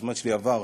הזמן שלי כבר עבר.